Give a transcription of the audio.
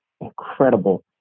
incredible